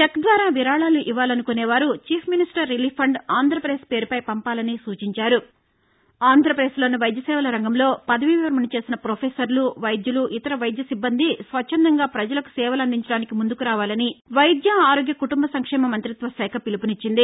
check ద్వారా విరాళాలు ఇవ్వాలనుకునే వారు chief minister relief fund Andhra Pradesh పేరుపై పంపాలని సూచించారు ఆంధ్రప్రదేశ్లోని వైద్య సేవల రంగంలో పదవీ విరమణ చేసిన ప్రొఫెసర్లు వైద్యుల ఇతర వైద్య సిబ్బంది స్వచ్చందంగా ప్రజలకు సేవలు అందించడానికి ముందుకు రావాలని వైద్య ఆరోగ్య కుటుంబ సంక్షేమ మంతిత్వశాఖ పిలుపునిచ్చింది